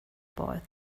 boy